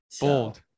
bold